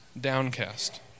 downcast